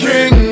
King